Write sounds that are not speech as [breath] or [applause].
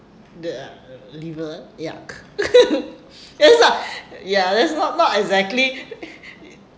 uh liver yuck [laughs] yes lah [breath] ya that's not not exactly [laughs]